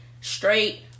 straight